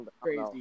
crazy